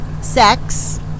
Sex